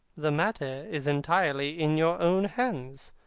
the matter is entirely in your own hands.